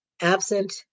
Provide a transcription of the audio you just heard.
absent